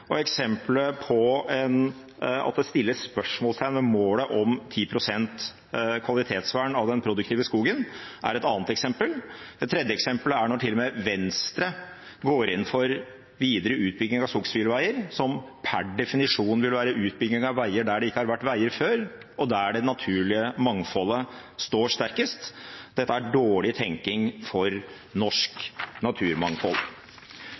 At det settes spørsmålstegn ved målet om 10 pst. kvalitetsvern av den produktive skogen, er et annet eksempel. Det tredje eksemplet er når til og med Venstre går inn for videre utbygging av skogsbilveier som per definisjon vil være utbygging av veier der det ikke har vært veier før, og der det naturlige mangfoldet står sterkest. Dette er dårlig tenking for norsk naturmangfold.